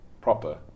proper